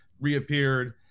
reappeared